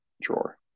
drawer